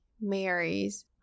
marries